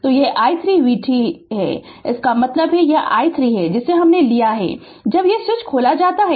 तो यह i 3 vt इसका मतलब है यह i 3 है जिसे हमने लिया है जब यह स्विच खोला जाता है